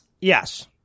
Yes